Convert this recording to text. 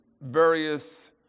various